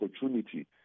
opportunity